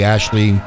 Ashley